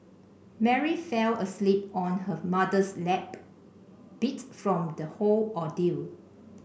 Mary fell asleep on her mother's lap beat from the whole ordeal